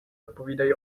odpovídají